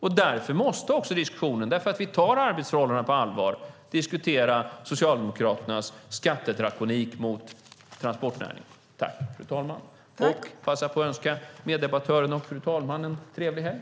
Vi tar arbetsförhållandena på allvar, och därför måste vi diskutera Socialdemokraternas "skattedrakonik" mot transportnäringen. Jag vill passa på att önska meddebattören och fru talman en trevlig helg.